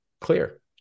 clear